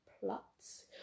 plots